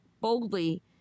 boldly